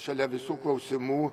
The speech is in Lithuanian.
šalia visų klausimų